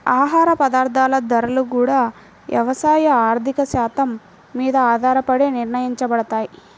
ఆహార పదార్థాల ధరలు గూడా యవసాయ ఆర్థిక శాత్రం మీద ఆధారపడే నిర్ణయించబడతయ్